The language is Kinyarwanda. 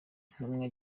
intumwa